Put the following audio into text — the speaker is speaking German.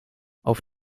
auf